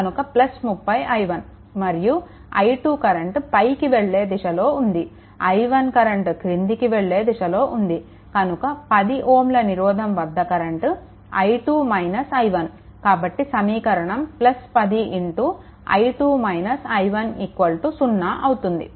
కనుక 30i1 మరియు i2 current పైకి వెళ్ళే దిశలో ఉంది i1 కరెంట్ క్రిందికి వెళ్ళే దిశలో ఉంది కనుక 10 Ωల నిరోధకం వద్ద కరెంట్ i2 - i1 కాబట్టి సమీకరణం 10i2 - i1 0 అవుతుంది